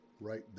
right